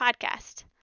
podcast